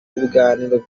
ibiganiro